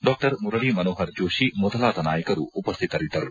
ಡಾ ಮುರಳಿ ಮನೋಪರ್ ಜೋಷಿ ಮೊದಲಾದ ನಾಯಕರು ಉಪಶ್ಠಿತರಿದ್ದರು